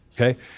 okay